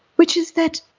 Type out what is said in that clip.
which is that